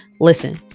Listen